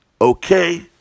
Okay